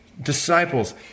Disciples